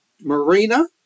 Marina